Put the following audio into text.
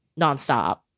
nonstop